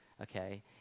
okay